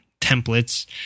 Templates